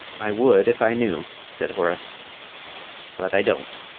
i would if i knew, said horace but i don't.